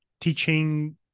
teaching